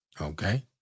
Okay